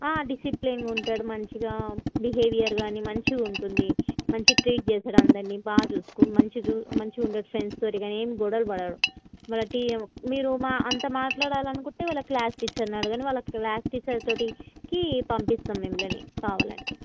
ఆ డిసిప్లిన్గా ఉంటాడు మంచిగా బిహేవియర్ కానీ మంచిగా ఉంటుంది మంచి ట్రీట్ చేస్తాడు అందరినీ బాగా చూసుకుం మంచిగా మంచిగా ఉంటాడు ఫ్రెండ్స్తోని కానీ ఏం గొడవలు పడడు వాళ్ళ టీ మీరు అంత మాట్లాడాలనుకుంటే వాళ్ళ క్లాస్ టీచర్ని అడగండి వాళ్ళ క్లాస్ టీచర్ తోటికి పంపిస్తాం మిమ్ములని కావాలంటే